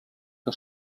que